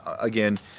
again